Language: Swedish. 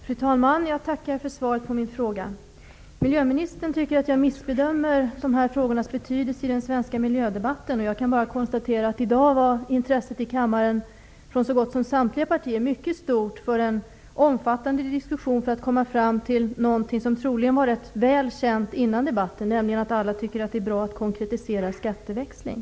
Fru talman! Jag tackar för svaret på min fråga. Miljöministern tycker att jag missbedömer dessa frågors betydelse i den svenska miljödebatten. Jag kan bara konstatera att intresset i dag här i kammaren var mycket stort från så gott som samtliga partier när det gällde en omfattande diskussion för att komma fram till något som troligen var ganska väl känt före debatten, nämligen att alla tycker att det är bra att konkretisera skatteväxling.